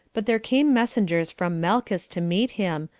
but there came messengers from malchus to meet him,